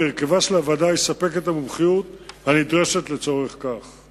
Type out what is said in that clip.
כי הרכבה של הוועדה יספק את המומחיות הנדרשת לצורך כך.